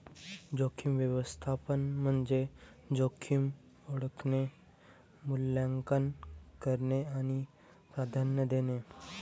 जोखीम व्यवस्थापन म्हणजे जोखीम ओळखणे, मूल्यांकन करणे आणि प्राधान्य देणे